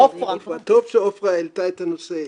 שעופרה העלתה את הנושא.